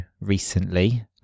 recently